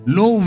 no